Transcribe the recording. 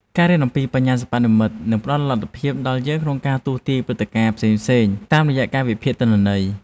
ការរៀនអំពីបញ្ញាសិប្បនិម្មិតផ្តល់លទ្ធភាពដល់យើងក្នុងការទស្សន៍ទាយព្រឹត្តិការណ៍ផ្សេងៗតាមរយៈការវិភាគទិន្នន័យ។